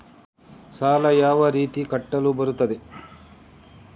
ಸಾಲ ಯಾವ ರೀತಿ ಕಟ್ಟಲು ಬರುತ್ತದೆ?